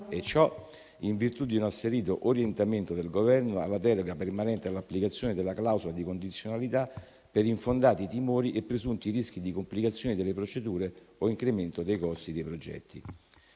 e ciò in virtù di un asserito orientamento del Governo alla delega permanente all'applicazione della clausola di condizionalità per infondati timori e presunti rischi di complicazioni delle procedure o incremento dei costi dei progetti.